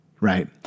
right